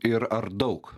ir ar daug